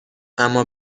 اما